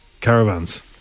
caravans